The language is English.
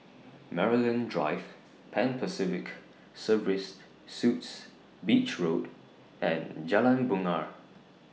Maryland Drive Pan Pacific Serviced Suites Beach Road and Jalan Bungar